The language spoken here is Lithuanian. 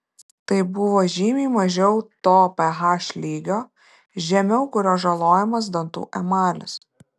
tai buvo žymiai mažiau to ph lygio žemiau kurio žalojamas dantų emalis